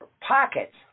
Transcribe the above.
pockets